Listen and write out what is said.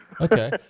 Okay